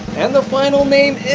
and the final name is?